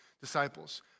disciples